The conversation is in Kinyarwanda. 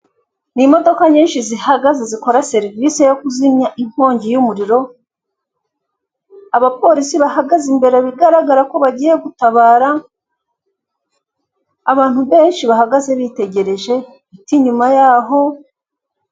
Ni imodoka nyinshi zihagaze zikora serivisi yo kuzimya inkongi y'umuriro, abapolisi bahagaze imbere bigaragara ko bagiye gutabara, abantu benshi bahagaze bitegereje, ibiti nyuma yaho